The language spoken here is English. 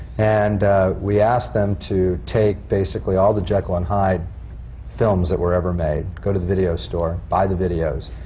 and we asked them to take basically all the jekyll and hyde films that were ever made, go to the video store, buy the videos,